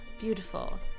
beautiful